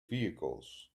vehicles